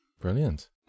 Brilliant